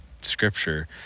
scripture